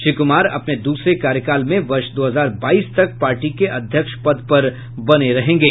श्री कुमार अपने दूसरे कार्यकाल में वर्ष दो हजार बाईस तक पार्टी के अध्यक्ष पद पर बने रहेंगे